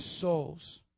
souls